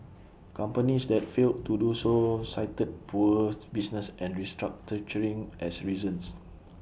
companies that failed to do so cited poor business and restructuring as reasons